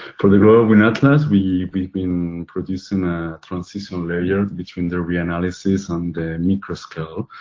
for the global wind atlas, we've been producing a transition layer between the reanalysis and the microscale.